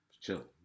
Chill